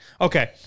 Okay